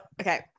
Okay